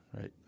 right